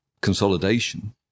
consolidation